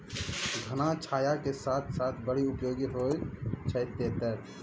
घना छाया के साथ साथ बड़ा उपयोगी होय छै तेतर